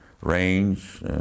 range